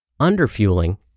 Underfueling